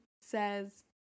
says